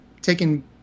taking